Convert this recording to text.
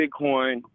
Bitcoin